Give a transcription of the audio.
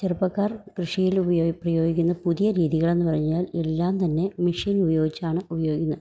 ചെറുപ്പക്കാർ കൃഷിയിലുപയോഗിക്കുന്ന പ്രയോഗിക്കുന്ന പുതിയ രീതികളെന്ന് പറഞ്ഞാൽ എല്ലാം തന്നെ മെഷീൻ ഉപയോഗിച്ചാണ് ഉപയോഗിക്കുന്നത്